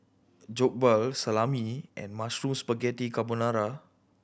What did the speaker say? Jokbal Salami and Mushroom Spaghetti Carbonara